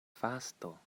fasto